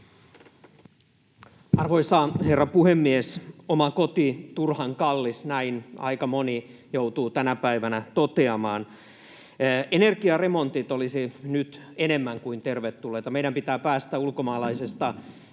Arvoisa herra puhemies! Oma koti turhan kallis, aika moni joutuu tänä päivänä toteamaan. Energiaremontit olisivat nyt enemmän kuin tervetulleita. Meidän pitää päästä ulkomaalaisesta öljylämmityksestä